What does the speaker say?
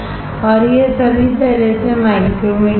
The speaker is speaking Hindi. और यह सभी तरह से माइक्रोमीटर है